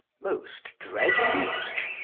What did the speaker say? most dread liege,